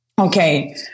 okay